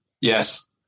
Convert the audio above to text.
Yes